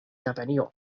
japanio